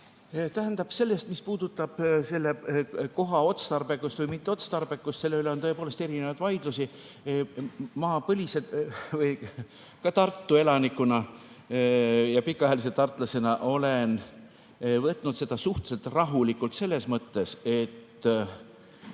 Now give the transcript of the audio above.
Tähendab, mis puudutab selle koha otstarbekust või mitteotstarbekust, on tõepoolest erinevaid vaidlusi. Ma ka Tartu elanikuna ja pikaajalise tartlasena olen võtnud seda suhteliselt rahulikult selles mõttes, et